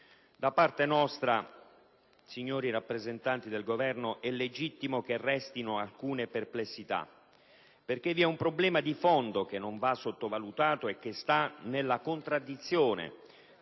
Da parte nostra, signori rappresentanti del Governo, è legittimo che restino alcune perplessità, perché vi è un problema di fondo che non va sottovalutato e che sta nella contraddizione